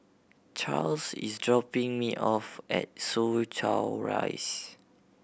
Charls is dropping me off at Soo Chow Rise